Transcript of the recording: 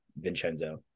Vincenzo